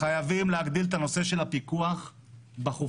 חייבים להגדיל את הנושא של הפיקוח בחופים.